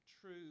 true